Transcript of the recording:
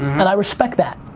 and i respect that,